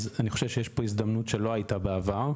אז אני חושב שיש פה הזדמנות שלא הייתה בעבר,